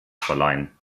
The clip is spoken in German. verleihen